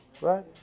right